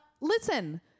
listen